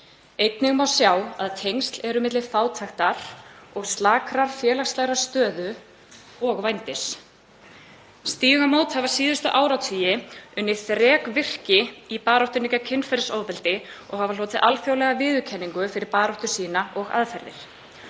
Einnig má sjá að tengsl eru milli fátæktar og slakrar félagslegrar stöðu og vændis. Stígamót hafa síðustu áratugi unnið þrekvirki í baráttunni gegn kynferðisofbeldi og hafa hlotið alþjóðlega viðurkenningu fyrir baráttu sína og aðferðir.